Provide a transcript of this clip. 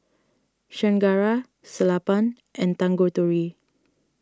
Chengara Sellapan and Tanguturi